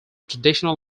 traditional